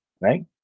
Right